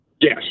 Yes